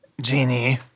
genie